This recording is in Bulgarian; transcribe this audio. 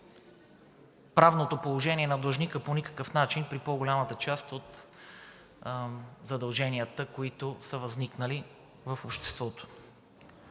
правното положение на длъжника по никакъв начин при по-голямата част от задълженията, които са възникнали в обществото.